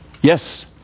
Yes